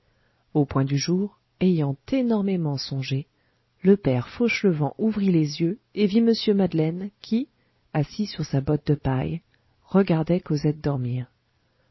au point du jour ayant énormément songé le père fauchelevent ouvrit les yeux et vit mr madeleine qui assis sur sa botte de paille regardait cosette dormir